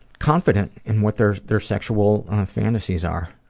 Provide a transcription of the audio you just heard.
confident in what their their sexual fantasies are.